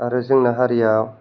आरो जोंना हारिया